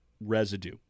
residue